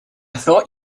thought